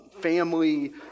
family